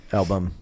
album